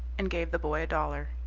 and gave the boy a dollar.